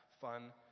fun